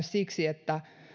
siksi että